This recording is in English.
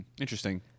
Interesting